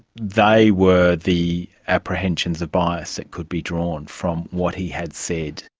they were the apprehensions of bias that could be drawn from what he had said.